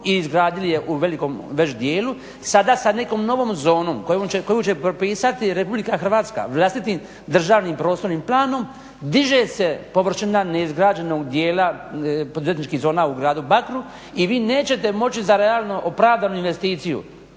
i izgradili je već u velikom djelu sada sa nekom novom zonom koju će propisati RH vlastitim državnim prostornim planom diže se površina neizgrađenog djela poduzetničkih zona u gradu Bakru i vi nećete moći za realno opravdanu investiciju